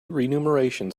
renumeration